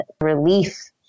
relief